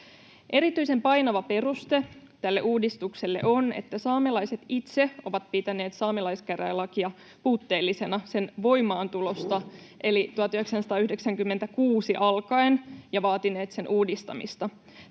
Erityisen painava peruste tälle uudistukselle on, että saamelaiset itse ovat pitäneet saamelaiskäräjälakia puutteellisena sen voimaantulosta eli vuodesta 1996 alkaen ja vaatineet sen uudistamista.